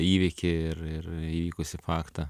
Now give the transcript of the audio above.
įvykį ir ir įvykusį faktą